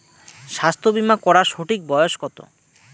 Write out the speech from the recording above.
স্বাস্থ্য বীমা করার সঠিক বয়স কত?